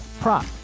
prop